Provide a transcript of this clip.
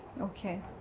Okay